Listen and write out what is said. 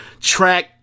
track